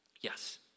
Yes